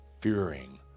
fearing